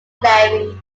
levi